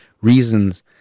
reasons